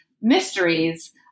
mysteries